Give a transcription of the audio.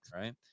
right